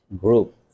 group